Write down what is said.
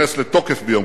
ביום ראשון